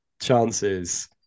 chances